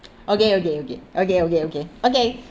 okay okay okay okay okay okay okay